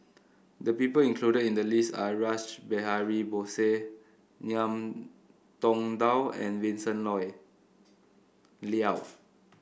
the people included in the list are Rash Behari Bose Ngiam Tong Dow and Vincent Leow